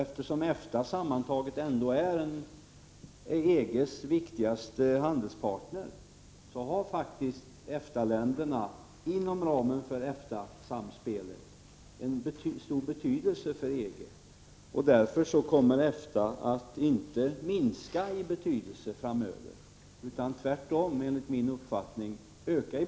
Eftersom EFTA sammantaget ändå är EG:s viktigaste handelspartner, har faktiskt EFTA-länderna, inom ramen för EFTA-samspelet, en stor betydelse för EG. Därför kommer EFTA enligt min uppfattning inte att minska utan tvärtom att öka i betydelse framöver.